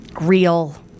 real